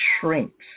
shrinks